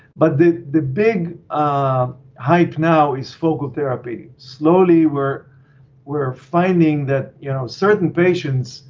but the the big um hype now is focal therapy. slowly we're we're finding that you know certain patients